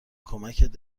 کمکت